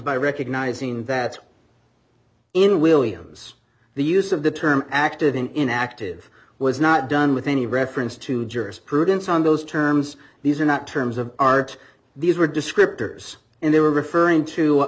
by recognizing that in williams the use of the term acted in active was not done with any reference to jurisprudence on those terms these are not terms of art these were descriptors and they were referring to